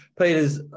Peter's